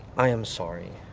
i am sorry.